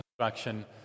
construction